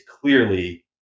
clearly